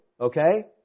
okay